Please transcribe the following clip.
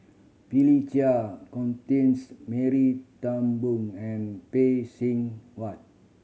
Philip Chia Constance Mary Turnbull and Phay Seng Whatt